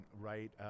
right